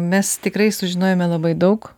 mes tikrai sužinojome labai daug